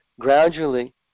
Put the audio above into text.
gradually